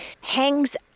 hangs